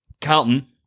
Carlton